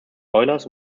oilers